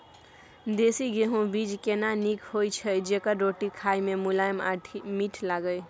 देसी गेहूँ बीज केना नीक होय छै जेकर रोटी खाय मे मुलायम आ मीठ लागय?